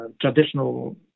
traditional